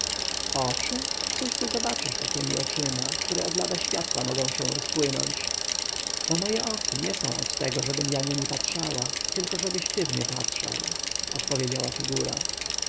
oczy cóż ty zobaczysz takiemi oczyma które od lada światła mogą się rozpłynąć bo moje oczy nie są do tego żebym ja niemi patrzyła tylko żebyś ty w nie patrzył odpowiedziała figura